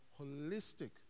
holistic